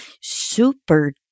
super